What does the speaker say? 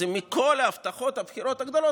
אז מכל הבטחות הבחירות הגדולות,